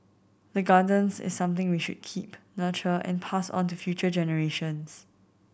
the gardens is something we should keep nurture and pass on to future generations